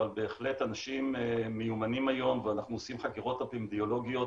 אבל בהחלט אנשים מיומנים היום ואנחנו עושים חקירות אפידמיולוגיות